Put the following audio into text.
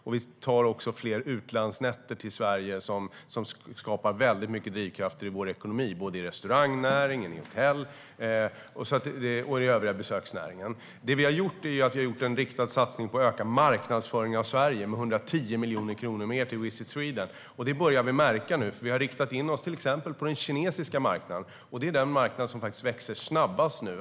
Sverige får också fler hotellnätter bland utländska turister som skapar många drivkrafter i vår ekonomi, både i restaurangnäringen och i hotellnäringen och även i den övriga besöksnäringen. Det som vi har gjort är en riktad satsning på 110 miljoner kronor mer till Visit Sweden för att öka marknadsföringen av Sverige. Det börjar vi märka nu. Vi har riktat in oss till exempel på den kinesiska marknaden, och det är den marknad som faktiskt växer snabbast nu.